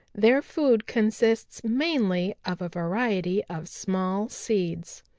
their food consists mainly of a variety of small seeds.